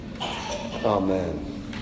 Amen